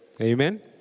Amen